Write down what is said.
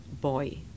boy